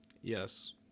Yes